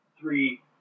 three